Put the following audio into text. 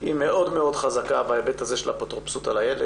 היא מאוד מאוד חזקה בהיבט של האפוטרופסות על הילד.